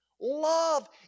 Love